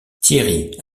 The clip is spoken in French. thierry